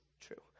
true